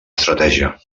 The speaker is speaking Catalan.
estratègia